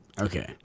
Okay